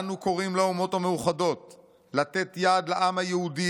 "אנו קוראים לאומות המאוחדות לתת יד לעם היהודי